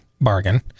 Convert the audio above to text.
bargain